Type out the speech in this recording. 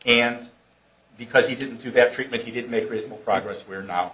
and because he didn't do better treatment he did make reasonable progress we're now